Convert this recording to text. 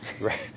Right